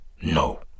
No